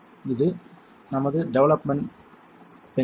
இது நமது development bench